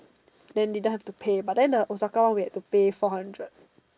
then didn't have to pay but then the Osaka one we have to pay four hundred